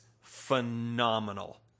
phenomenal